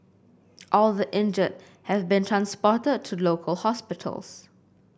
all the injured have been transported to local hospitals